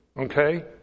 Okay